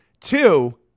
Two